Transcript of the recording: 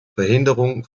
verhinderung